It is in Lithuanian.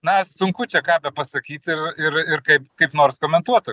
na sunku čia ką bepasakyt ir ir ir kaip kaip nors komentuot